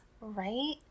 right